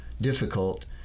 difficult